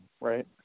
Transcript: right